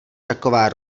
taková